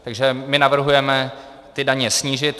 Takže my navrhujeme ty daně snížit.